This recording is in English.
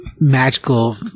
magical